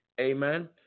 amen